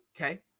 Okay